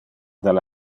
del